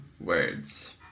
words